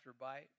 bite